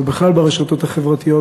ובכלל ברשתות החברתיות,